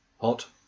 hot